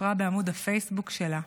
סיפרה בעמוד הפייסבוק שלה: